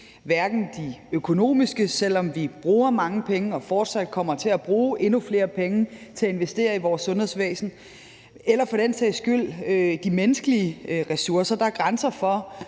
hverken de økonomiske, selv om vi bruger mange penge og fortsat kommer til at bruge endnu flere penge til at investere i vores sundhedsvæsen, eller for den sags skyld de menneskelige ressourcer. Der er grænser for,